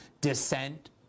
dissent